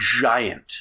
giant